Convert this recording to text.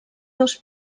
dos